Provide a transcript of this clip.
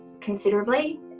considerably